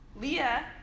Leah